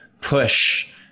push